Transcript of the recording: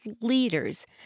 leaders